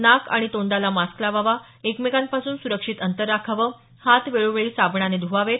नाक आणि तोंडाला मास्क लावावा एकमेकांपासून सुरक्षित अंतर राखावं हात वेळोवेळी साबणाने ध्वावेत